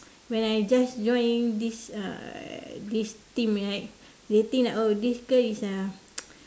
when I just join this uh this team right they think like oh this girl is uh